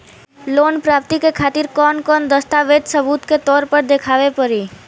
Loan प्राप्ति के खातिर कौन कौन दस्तावेज सबूत के तौर पर देखावे परी?